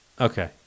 Okay